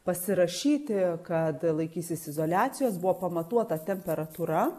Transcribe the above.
pasirašyti kad laikysis izoliacijos buvo pamatuota temperatūra